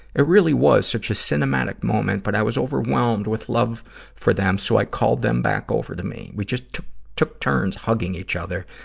it really was such a cinematic moment, but was overwhelmed with love for them, so i called them back over to me. we just took turns hugging each other,